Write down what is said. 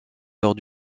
lors